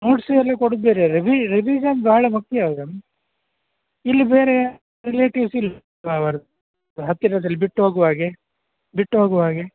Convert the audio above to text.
notes ಎಲ್ಲ ಕೊಡುದು ಬೇರೆ ರೆವಿ ರಿವಿಶನ್ ಭಾಳ ಮುಖ್ಯ ಅಲ್ಲವಾ ಇಲ್ಲಿ ಬೇರೆ ರಿಲೇಟಿವ್ಸ್ ಇಲ್ಲವಾ ಅವರದ್ದು ಹತ್ತಿರದಲ್ಲಿ ಬಿಟ್ಟು ಹೋಗ್ವಾಗೆ ಬಿಟ್ಟು ಹೋಗ್ವಾಗೆ